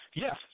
Yes